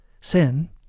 sin